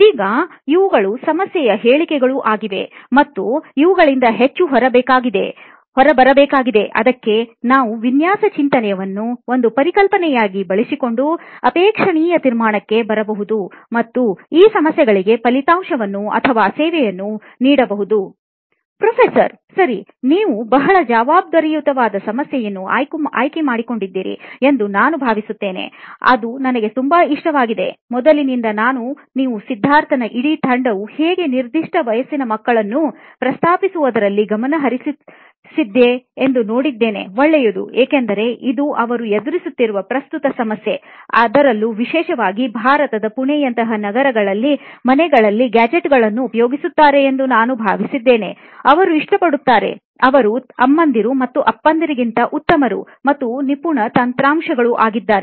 ಇದೀಗ ಇವುಗಳು ಸಮಸ್ಯೆಯ ಹೇಳಿಕೆಗಳು ಆಗಿವೆ ಮತ್ತು ಇವುಗಳಿಂದ ಹೇಗೆ ಹೊರಬರಬೇಕಾಗಿದೆ ಅದಕ್ಕೆ ನಾವು ವಿನ್ಯಾಸ ಚಿಂತನೆಯನ್ನು ಒಂದು ಪರಿಕಲ್ಪನೆಯಾಗಿ ಬಳಸಿಕೊಂಡು ಅಪೇಕ್ಷಣೀಯ ತೀರ್ಮಾನಕ್ಕೆ ಬರಬಹುದು ಮತ್ತು ಈ ಸಮಸ್ಯೆಗಳಿಗೆ ಫಲಿತಾಂಶವನ್ನು ಅಥವಾ ಸೇವೆಯನ್ನು ನೀಡಬಹುದು ಪ್ರೊಫೆಸರ್ ಸರಿ ನೀವು ಬಹಳ ಜವಾಬ್ದಾರಿಯುತವಾದ ಸಮಸ್ಯೆಯನ್ನು ಆಯ್ದು ಕೊಂಡಿದ್ದೀರಿ ಎಂದು ನಾನು ಭಾವಿಸುತ್ತೇನೆ ಅದು ನನಗೆ ತುಂಬಾ ಇಷ್ಟವಾಗಿದೆ ಮೊದಲಿನಿಂದ ನಾನು ನೀವು ಸಿದ್ಧಾರ್ಥ್ ನ ಇಡೀ ತಂಡವು ಹೇಗೆ ನಿರ್ದಿಷ್ಟ ವಯಸ್ಸಿನ ಮಕ್ಕಳನ್ನು ಪ್ರಸ್ತಾಪಿಸುವುದರಲ್ಲಿ ಗಮನ ಹರಿಸಿಸಿದ್ದಿರಿ ಎಂದು ನೋಡಿದ್ದೇನೆ ಒಳ್ಳೆಯದು ಏಕೆಂದರೆ ಇದು ಅವರು ಎದುರಿಸುತ್ತಿರುವುದು ಪ್ರಸ್ತುತ ಸಮಸ್ಯೆ ಅದರಲ್ಲೂ ವಿಶೇಷವಾಗಿ ಭಾರತದ ಪುಣೆಯಂತಹ ನಗರದಲ್ಲಿ ಮನೆಗಳಲ್ಲಿ ಗ್ಯಾಜೆಟ್ಗಳನ್ನೂ ಉಪಯೋಗಿಸುತ್ತಾರೆ ಎಂದು ನಾನು ಭಾವಿಸುತ್ತೇನೆ ಅವರು ಇಷ್ಟಪಡುತ್ತಾರೆ ಅವರು ಅಮ್ಮಂದಿರು ಮತ್ತು ಅಪ್ಪಂದಿರಿಗಿಂತ ಉತ್ತಮರು ಮತ್ತು ನಿಪುಣ ತಂತ್ರಾಂಶರು ಆಗಿದ್ದಾರೆ